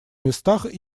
местах